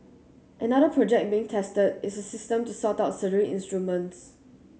another project being tested is a system to sort out surgery instruments